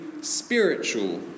spiritual